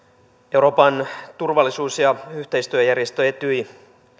euroopan turvallisuus ja yhteistyöjärjestö etyj